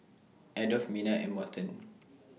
Adolf Mena and Morton